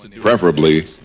preferably